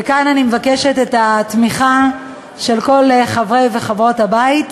וכאן אני מבקשת את התמיכה של כל חברי וחברות הבית: